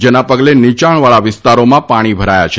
જેના પગલે નીયાણવાળા વિસ્તારોમાં પાણી ભરાથા છે